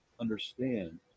understand